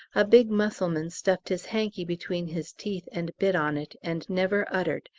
a big mussulman stuffed his hanky between his teeth and bit on it, and never uttered,